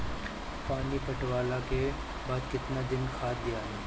पानी पटवला के बाद केतना दिन खाद दियाला?